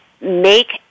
make